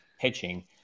pitching